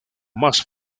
más